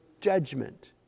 judgment